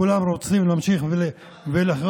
כולם רוצים להמשיך לחיות,